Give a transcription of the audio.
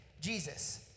Jesus